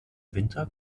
winter